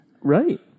Right